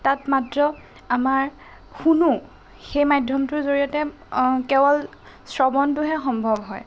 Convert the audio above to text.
তাত মাত্ৰ আমাৰ শুনো সেই মাধ্যমটোৰ জৰিয়তে কেৱল শ্ৰৱণটোহে সম্ভৱ হয়